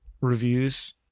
reviews